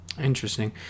interesting